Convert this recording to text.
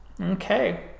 Okay